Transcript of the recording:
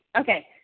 okay